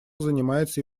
занимается